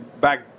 back